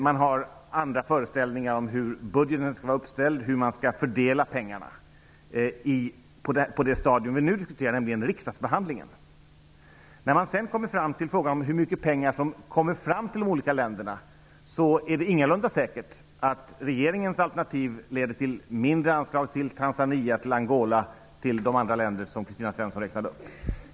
Man har andra föreställningar om hur budgeten skall vara uppställd, hur pengarna skall fördelas på det stadium som vi nu diskuterar, nämligen under riksdagsbehandlingen. När man sedan kommer fram till hur mycket pengar som når de olika länderna är det ingalunda säkert att regeringens alternativ leder till mindre anslag till Tanzania, till Angola och till de övriga länder som Kristina Svensson räknade upp.